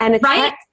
Right